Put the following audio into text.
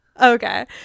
Okay